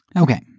Okay